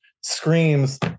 screams